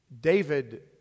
David